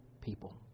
people